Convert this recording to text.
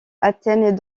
atteignent